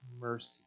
mercy